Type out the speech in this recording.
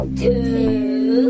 two